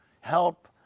help